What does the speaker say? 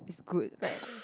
good